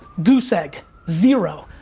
goose egg. zero.